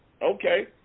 Okay